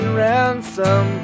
ransom